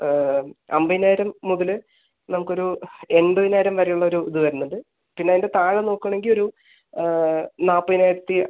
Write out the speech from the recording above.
അമ്പതിനായിരം മുതല് നമുക്ക് ഒരു എൺപതിനായിരം വരെ ഉള്ള ഒരു ഇത് വരുന്നുണ്ട് പിന്ന അതിൻ്റ താഴെ നോക്കുകയാണെങ്കിൽ ഒരു നാൽപ്പതിനായിരത്തി